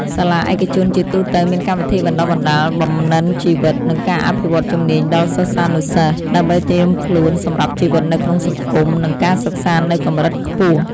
សាលាឯកជនជាទូទៅមានកម្មវិធីបណ្តុះបណ្តាលបំណិនជីវិត និងការអភិវឌ្ឍន៍ជំនាញដល់សិស្សានុសិស្ស ដើម្បីត្រៀមខ្លួនសម្រាប់ជីវិតនៅក្នុងសង្គម និងការសិក្សានៅកម្រិតខ្ពស់។